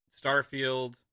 Starfield